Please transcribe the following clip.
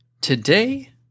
today